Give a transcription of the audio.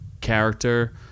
character